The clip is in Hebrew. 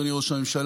אדוני ראש הממשלה,